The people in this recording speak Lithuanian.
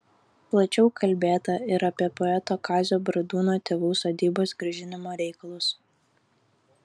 plačiau kalbėta ir apie poeto kazio bradūno tėvų sodybos grąžinimo reikalus